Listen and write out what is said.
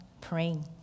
praying